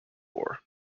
war